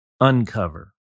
uncover